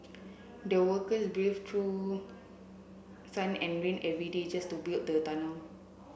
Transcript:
the workers braved through sun and rain every day just to build the tunnel